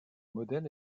modèle